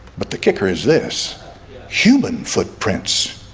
but the kicker is this human footprints